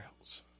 else